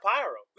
Pyro